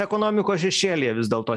ekonomikos šešėlyje vis dėlto